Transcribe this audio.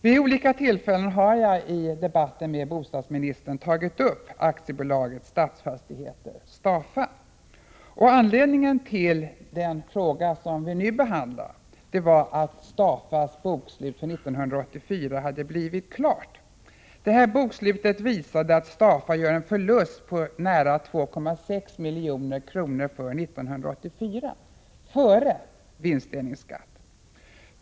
Vid olika tillfällen har jag i debatter med bostadsministern tagit upp AB Stadsfastigheter, Stafa. Anledningen till den fråga som vi nu behandlar var att detta bolags bokslut för 1984 blivit klart. Bokslutet visade att Stafa gör en förlust på nära 2,6 milj.kr. för 1984 — före vinstdelningsskatt.